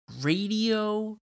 radio